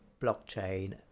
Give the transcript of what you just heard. blockchain